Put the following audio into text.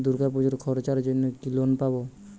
দূর্গাপুজোর খরচার জন্য কি লোন পাব?